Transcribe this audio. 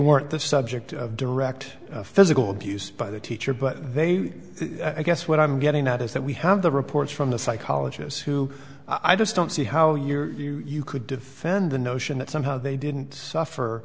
weren't the subject of direct physical abuse by the teacher but they i guess what i'm getting at is that we have the reports from the psychologists who i just don't see how you're you could defend the notion that somehow they didn't suffer